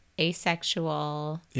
asexual